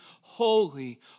holy